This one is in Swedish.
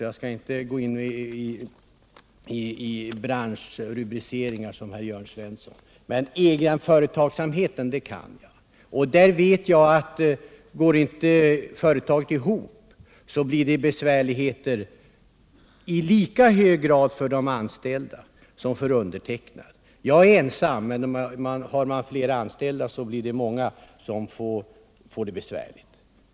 Jag skall inte gå in i branschrubriceringar, men egen företagsamhet kan jag, och jag vet att om inte företaget går ihop blir det besvärligheter i lika hög grad för de anställda som för företagaren. Jag är ensam i mitt företag, men om man har flera anställda blir det många som får det besvärligt.